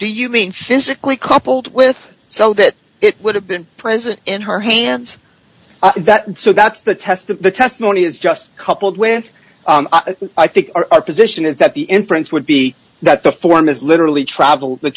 do you mean physically coupled with so that it would have been present in her hands that so that's the test that the testimony is just coupled with i think our position is that the inference would be that the form is literally traveled the